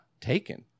taken